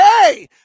Hey